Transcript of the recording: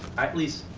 at least,